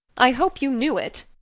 i hope you knew it.